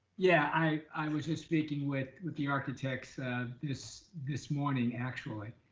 yeah, i was just speaking with with the architects this this morning actually.